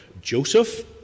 Joseph